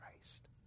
Christ